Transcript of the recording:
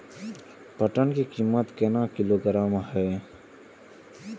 पटसन की कीमत केना किलोग्राम हय?